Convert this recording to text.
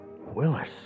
Willis